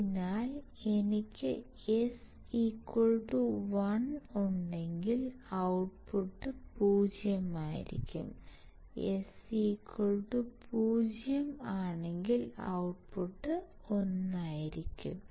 അതിനാൽ എനിക്ക് S1 ഉണ്ടെങ്കിൽ ഔട്ട്പുട്ട് 0 ആയിരിക്കും S0 ആണെങ്കിൽ ഔട്ട്പുട്ട് 1 ആയിരിക്കും